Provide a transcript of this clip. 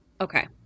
Okay